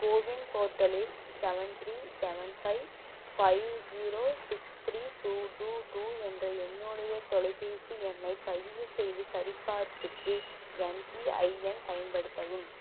CoWIN போர்ட்டலில் seven three seven five five zero six three two two two என்ற என்னுடைய தொலைபேசி எண்ணைப் பதிவு செய்து சரிபார்ப்புக்கு எம்பிஐஎன் பயன்படுத்தவும்